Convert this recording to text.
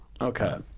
Okay